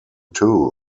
too